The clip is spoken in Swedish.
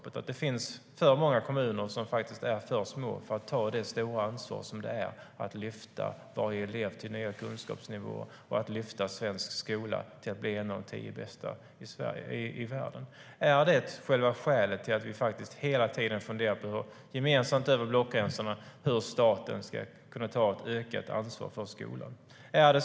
Det finns kanske för många kommuner som är för små för att ta det stora ansvaret för att lyfta varje elev till nya kunskapsnivåer och att lyfta svensk skola till att bli en av de tio bästa i världen. Är det själva skälet till att vi hela tiden gemensamt, över blockgränserna, funderar på hur staten ska kunna ta ett ökat ansvar för skolan?